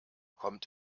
kommt